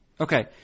Okay